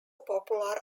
popular